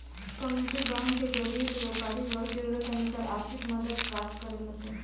community bank के जरिए से व्यापारी वर्ग जरूरत अनुसार आर्थिक मदद प्राप्त करेलन सन